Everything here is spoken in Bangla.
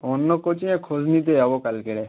অন্য কোচিংয়ের খোঁজ নিতে যাবো কালকেরে